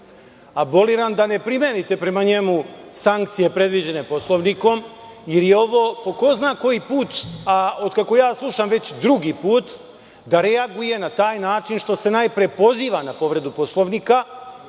Aboliran je da ne primenite prema njemu sankcije predviđene Poslovnikom. Ili je ovo po ko zna koji put, a otkako ja slušam već drugi put, da reaguje na taj način što se najpre poziva na povredu Poslovnika